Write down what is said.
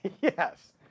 Yes